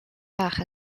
bach